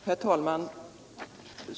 Herr talman!